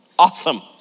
Awesome